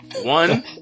One